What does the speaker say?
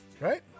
Right